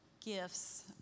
gifts